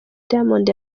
diamond